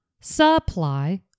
supply